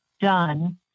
done